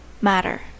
matter